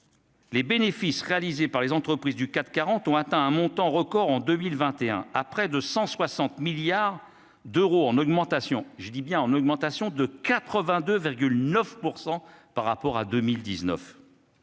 les bénéfices réalisés par les entreprises du CAC 40 ont atteint un montant record en 2021 à près de 160 milliards d'euros en augmentation, je dis bien